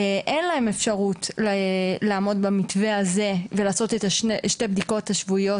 אין להם אפשרות לעמוד במתווה הזה ולעשות את שתי הבדיקות השבועיות